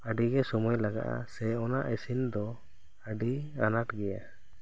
ᱟᱹᱰᱤ ᱜᱮ ᱥᱚᱢᱚᱭ ᱞᱟᱜᱟᱜᱼᱟ ᱥᱮ ᱚᱱᱟ ᱤᱥᱤᱱ ᱫᱚ ᱟᱹᱰᱤ ᱟᱱᱟᱴ ᱜᱤᱭᱟ